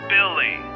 Billy